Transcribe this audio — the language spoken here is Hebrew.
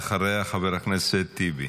ואחריה, חבר הכנסת טיבי.